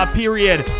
period